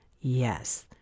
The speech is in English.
yes